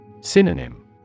Synonym